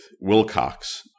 Wilcox